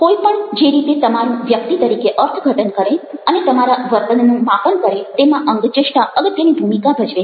કોઈ પણ જે રીતે તમારું વ્યક્તિ તરીકે અર્થઘટન કરે અને તમારા વર્તનનું માપન કરે તેમાં અંગચેષ્ટા અગત્યની ભૂમિકા ભજવે છે